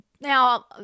now